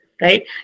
right